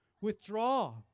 withdraw